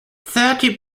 thirty